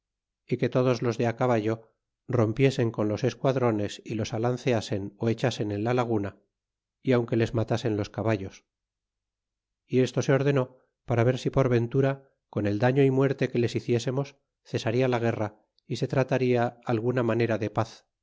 y que todos los de á caballo rompiesen con los esquadrones y los alanceasen ó echasen en la laguna y aunque les matasen los caballos y esto se ordenó para ver si por ventura con el daño y muerte que les hiciésemos cesaria la guerra y se trataria alguna manera de paz